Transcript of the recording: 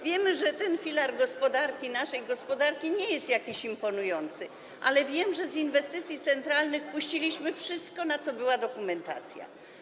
Wiemy, że ten filar gospodarki, naszej gospodarki, nie jest jakiś imponujący, ale i wiemy, że z inwestycji centralnych puściliśmy wszystko, na co była dokumentacja.